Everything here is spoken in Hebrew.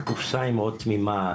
הקופסא היא מאוד תמימה,